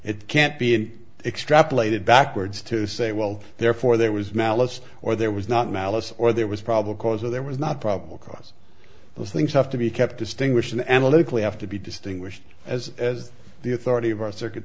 it can't be extrapolated backwards to say well therefore there was malice or there was not malice or there was probable cause or there was not probable cause those things have to be kept distinguished in analytically have to be distinguished as as the authority of our circuit